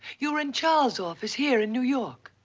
you were in charles' office, here in new york.